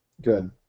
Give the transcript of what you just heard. Good